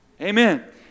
Amen